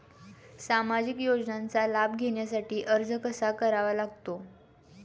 सामाजिक योजनांचा लाभ घेण्यासाठी अर्ज कसा करावा लागतो?